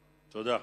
תודה.